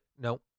No